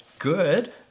good